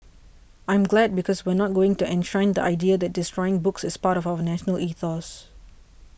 I'm glad because we're not going to enshrine the idea that destroying books is part of our national ethos